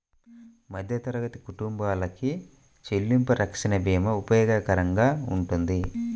మధ్యతరగతి కుటుంబాలకి చెల్లింపు రక్షణ భీమా ఉపయోగకరంగా వుంటది